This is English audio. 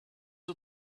are